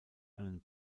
einen